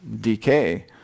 decay